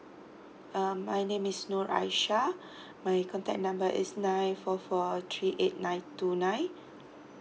um my name is nor aishah my contact number is nine four four three eight nine two nine